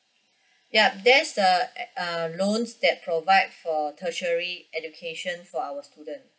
yup that's the err loans that provide for tertiary education for our student